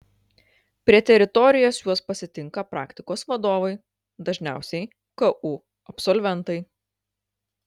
prie teritorijos juos pasitinka praktikos vadovai dažniausiai ku absolventai